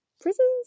prisons